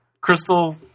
crystal